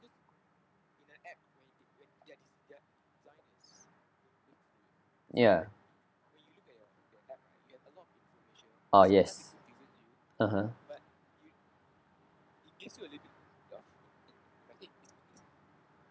ya oh yes (uh huh)